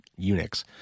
Unix